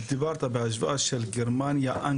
בהשוואה לאיזו מדינות אמרת?